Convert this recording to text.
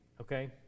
okay